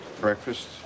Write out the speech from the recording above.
breakfast